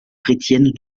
chrétiennes